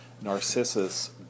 Narcissus